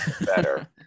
Better